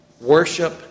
Worship